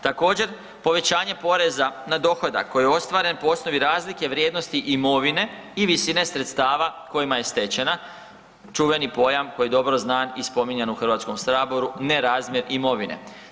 Također, povećanje poreza na dohodak koji je ostvaren po osnovi razlike vrijednosti imovine i visine sredstava kojima je stečena, čuveni pojam koji je dobro znan i spominjan u HS-u nerazmjer imovine.